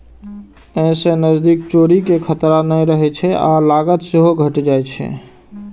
अय सं नकदीक चोरी के खतरा नहि रहै छै आ लागत सेहो घटि जाइ छै